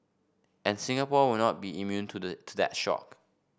and Singapore will not be immune to the to that shock